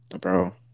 bro